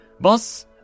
Boss